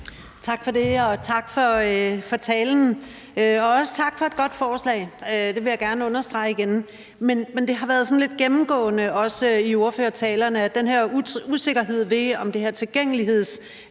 Tak for det, og tak for talen. Og også tak for et godt forslag – det vil jeg gerne understrege igen. Men det har været sådan lidt gennemgående, også i ordførertalerne, altså den der usikkerhed om, om det her tilgængelighedstilskud